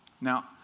Now